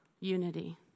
unity